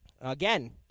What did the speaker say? Again